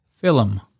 Film